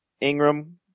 Ingram